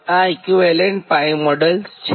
આ equivalent 𝜋 model છે